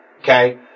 Okay